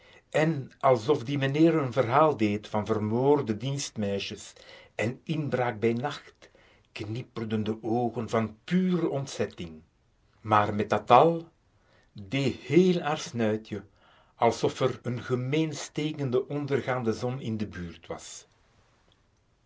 en alsof die meneer n verhaal deed van vermoorde dienstmeisjes en inbraak bij nacht knipperden de oogen van pure ontzetting maar met dat al dee héél haar snuitje alsof er n gemeen stekende ondergaande zon in de buurt was